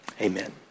amen